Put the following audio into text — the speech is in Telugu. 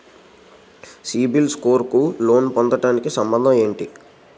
సిబిల్ స్కోర్ కు లోన్ పొందటానికి సంబంధం ఏంటి?